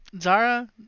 Zara